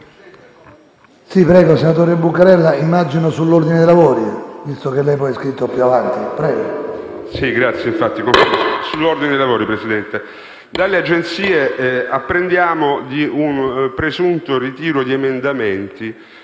dalle agenzie apprendiamo di un presunto ritiro di emendamenti